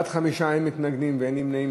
בעד, 5, אין מתנגדים, אין נמנעים.